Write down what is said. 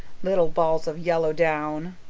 little balls of yellow down.